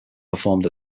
performed